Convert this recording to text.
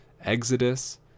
Exodus